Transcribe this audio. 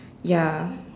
ya